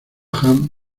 han